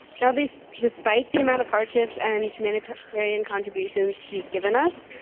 now this despite the amount of hardships and humanitarian contributions she's given us,